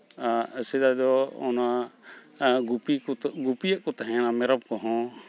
ᱥᱮᱫᱟᱭ ᱫᱚ ᱚᱱᱟ ᱜᱩᱯᱤ ᱠᱚ ᱜᱩᱯᱤᱭᱮᱫ ᱠᱚ ᱛᱟᱦᱮᱭᱟ ᱢᱮᱨᱚᱢ ᱠᱚᱦᱚᱸ